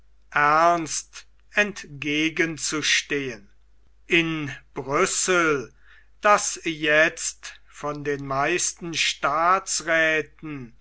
ernst entgegenzusetzen in brüssel das jetzt von den meisten